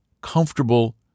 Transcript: comfortable